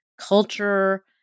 culture